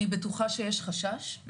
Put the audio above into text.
מה שהספקתי לשמוע מהשיחה בסוף הוועדה הקודמת,